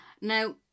Now